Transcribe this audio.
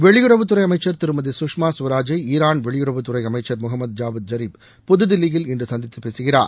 வெளியுறவுத்துறை அமைச்சர் திருமதி சுஷ்மா சுவராஜை ஈரான் வெளியுறவுத்துறை அமைச்சர் முகமது ஜாவத் ஜரிப் புதுதில்லியில் இன்று சந்தித்து பேசுகிறார்